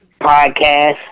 podcast